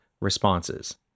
Responses